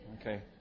Okay